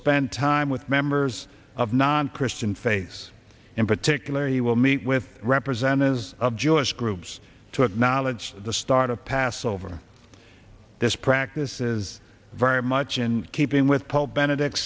spend time with members of non christian face in particular he will meet with representatives of jewish groups to acknowledge that the start of passover this practice is very much in keeping with pope benedict